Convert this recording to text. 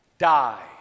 Die